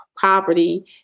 poverty